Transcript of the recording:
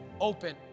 open